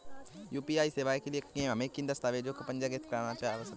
UPI सेवाओं के लिए हमें किन दस्तावेज़ों को पंजीकृत करने की आवश्यकता है?